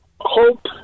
hope